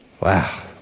Wow